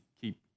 keep